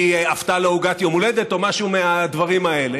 היא אפתה לו עוגת יום הולדת או משהו מהדברים האלה,